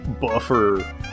buffer